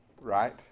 right